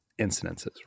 incidences